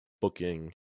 booking